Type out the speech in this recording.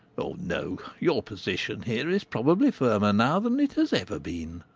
oh no your position here is probably firmer now than it has ever been.